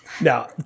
Now